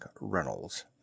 Reynolds